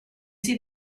see